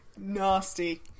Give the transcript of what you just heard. Nasty